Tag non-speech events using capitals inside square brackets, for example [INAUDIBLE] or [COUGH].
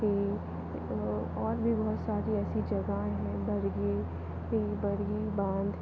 ये और भी बहुत सारी ऐसी जगह हैं [UNINTELLIGIBLE] बाँध